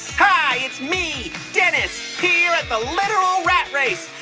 hi. it's me, dennis. here at the literal rat race,